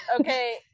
okay